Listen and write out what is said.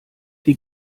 die